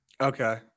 Okay